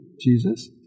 Jesus